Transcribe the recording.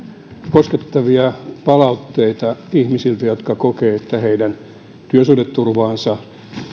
koskettavia palautteita ihmisiltä jotka kokevat että heidän työsuhdeturvaansa